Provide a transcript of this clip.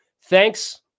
thanks